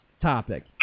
topic